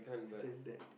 says that